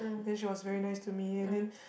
then she was very nice to me and then